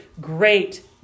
great